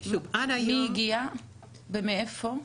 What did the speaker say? מי הגיע ומאיפה?